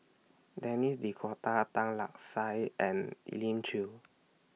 Denis D'Cotta Tan Lark Sye and Elim Chew